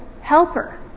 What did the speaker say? helper